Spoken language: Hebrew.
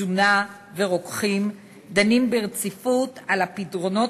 תזונאים ורוקחים דנים ברציפות על הפתרונות